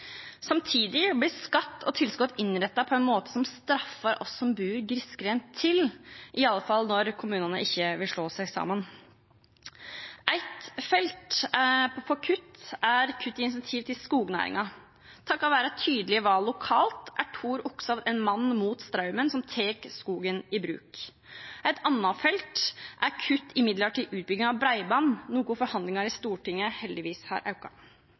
Samtidig blir skatt og tilskudd innrettet på en måte som straffer oss som bor grisgrendt til, iallfall når kommunene ikke vil slå seg sammen. Ett felt er kutt i incentiv i skognæringen. Takket være tydelige valg lokalt er Tor Oxhovd Svalesen en mann mot strømmen – han tar skogen i bruk. Et annet felt er kutt i midler til utbygging av bredbånd, noe forhandlingene i Stortinget heldigvis har